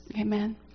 Amen